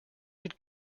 did